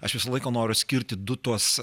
aš visą laiką noriu skirti du tuos